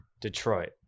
Detroit